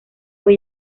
fue